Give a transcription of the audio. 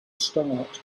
start